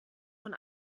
von